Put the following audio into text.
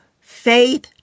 faith